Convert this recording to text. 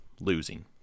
losing